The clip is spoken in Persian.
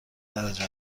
درجه